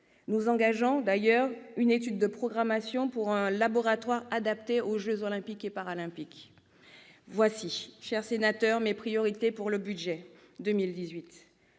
Nous engageons d'ailleurs une étude de programmation pour un laboratoire adapté aux jeux Olympiques et Paralympiques. Voilà, mesdames, messieurs les sénateurs, mes priorités pour le budget 2018.